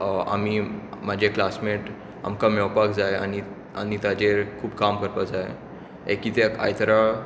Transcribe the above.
आमी म्हाजे क्लासमेट आमकां मेवपाक जाय आनी आनी ताजेर खूब काम करपाक जाय किद्याक आयतारा